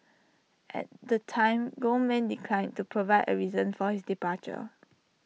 at the time Goldman declined to provide A reason for his departure